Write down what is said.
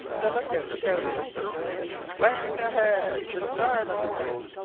the look-out shouted land ahead, starboard!